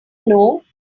know